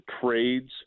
trades